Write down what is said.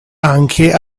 anche